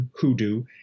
hoodoo